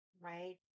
right